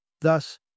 thus